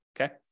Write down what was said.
okay